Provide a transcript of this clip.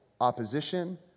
opposition